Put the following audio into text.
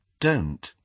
don't